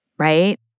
right